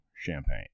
Champagne